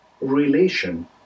relation